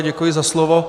Děkuji za slovo.